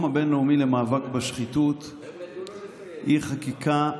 הבין-לאומי למאבק בשחיתות היא חקיקה רעה,